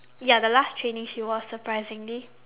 ya the last training she was surprisingly